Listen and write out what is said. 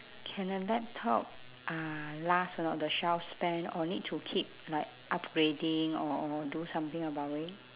can a laptop uh last or not the shelf span or need to keep like upgrading or or do something about it